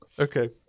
Okay